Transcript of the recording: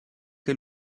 che